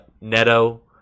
Neto